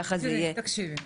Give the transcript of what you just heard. תקשיבי,